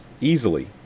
Easily